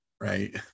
right